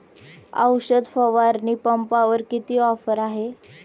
औषध फवारणी पंपावर किती ऑफर आहे?